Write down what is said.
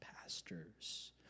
pastors